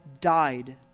died